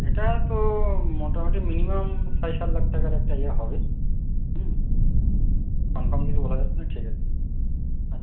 এটা তো মোটামুটি মিনিমাম ছয় সাত লাখ টাকার একটা ইয়ে হবে হুম কনফার্ম কিছু বলা যাচ্ছে না ঠিক আছে হুম